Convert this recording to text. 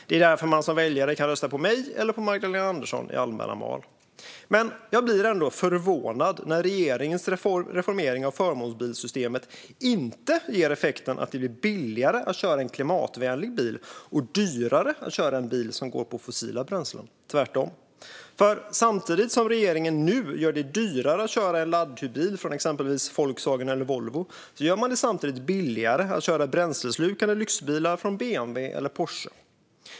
Det är därför man som väljare kan rösta på mig eller på Magdalena Andersson i allmänna val. Men jag blir ändå förvånad när regeringens reformering av förmånsbilssystemet inte ger effekten att det blir billigare att köra en klimatvänlig bil och dyrare att köra en bil som går på fossila bränslen. Det är tvärtom. Samtidigt som regeringen nu gör det dyrare att köra en laddhybrid från exempelvis Volkswagen eller Volvo gör man det billigare att köra bränsleslukande lyxbilar från BMW eller Porsche.